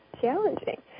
challenging